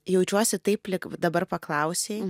jaučiuosi taip lyg dabar paklausei